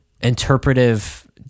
interpretive